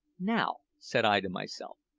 now, said i to myself,